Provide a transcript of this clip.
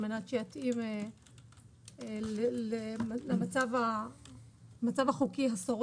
אחרי "הוועדה" יבוא "המחוזית",